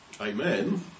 Amen